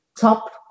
top